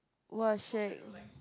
!wah! shag